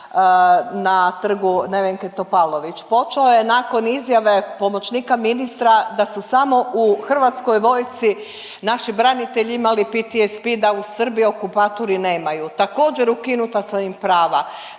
na Trgu Nevenke Topalović? Počeo je nakon izjave pomoćnika ministra, da su samo u Hrvatskoj vojsci naši branitelji imali PTSP, da u Srbiji okupatori nemaju. Također, ukinuta su im prava.